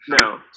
No